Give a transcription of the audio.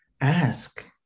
ask